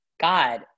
God